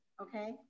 okay